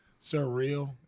surreal